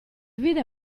vide